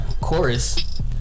chorus